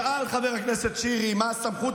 שאל חבר הכנסת שירי מה הסמכות,